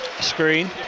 Screen